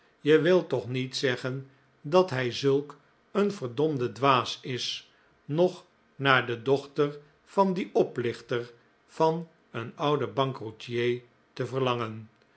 je wilt toch niet zeggen dat hij zulk een verdomde dwaas is nog naar de dochter van dien oplichter van een ouden bankroetier te verlangen